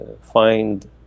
find